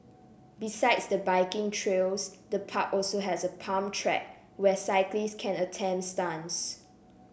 besides the biking trails the park also has a pump track where cyclists can attempt stunts